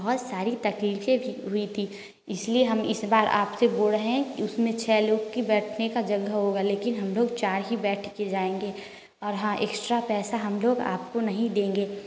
बहुत सारी तकलीफें भी हुई थी इसलिए इस बार आपसे बोल रहे हैं कि उसमें छः लोग के बैठने का जगह होगा लेकिन हम लोग चार ही बैठकर जाएंगे और हाँ एक्स्ट्रा पैसा हम लोग आपको नहीं देंगे